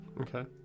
Okay